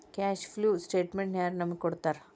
Cash flow ಸ್ಟೆಟಮೆನ್ಟನ ಯಾರ್ ನಮಗ್ ಕೊಡ್ತಾರ?